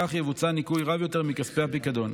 כך יבוצע ניכוי רב יותר מכספי הפיקדון.